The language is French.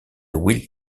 will